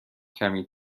کمی